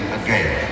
again